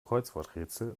kreuzworträtsel